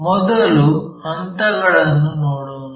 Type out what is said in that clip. ಮೊದಲು ಹಂತಗಳನ್ನು ನೋಡೋಣ